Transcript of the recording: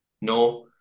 No